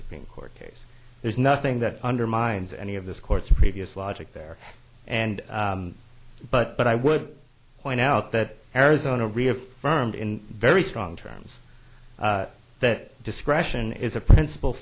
supreme court case there's nothing that undermines any of this court's previous logic there and but i would point out that arizona reaffirmed in very strong terms that discretion is a principal